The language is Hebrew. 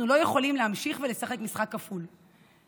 אנחנו לא יכולים להמשיך לשחק משחק כפול,